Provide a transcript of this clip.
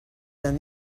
than